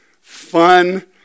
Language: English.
fun